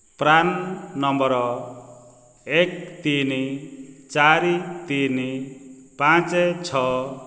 PRAN number ଏକ ତିନି ଚାରି ତିନି ପାଞ୍ଚ ଛଅ